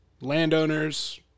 landowners